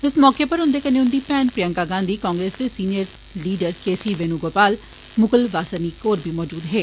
इस मौके उप्पर उन्दे कन्नै उंदी भैन प्रियंका गांधी कांग्रेस दे सीनियर लीडर केसी वेनुगोपाल मुकुल वासनिक होर बी मौजूद हे